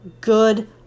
good